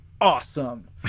awesome